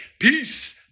Peace